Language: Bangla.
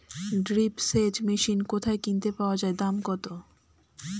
ড্রিপ সেচ মেশিন কোথায় কিনতে পাওয়া যায় দাম কত?